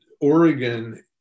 Oregon